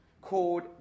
called